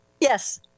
Yes